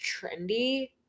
trendy